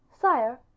Sire